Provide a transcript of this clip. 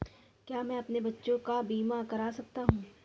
क्या मैं अपने बच्चों का बीमा करा सकता हूँ?